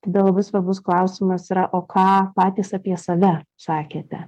tada labai svarbus klausimas yra o ką patys apie save sakėte